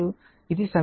ఇది సమీకరణం